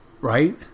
Right